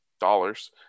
dollars